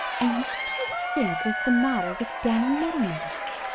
and what do you think was the matter with danny meadow mouse?